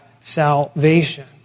salvation